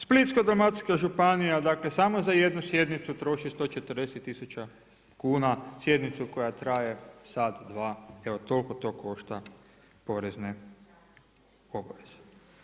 Splitsko-dalmatinska županija dakle samo za jednu sjednicu troši 140 tisuća kuna, sjednicu koja traje sat, dva, evo toliko to košta porezne obveze.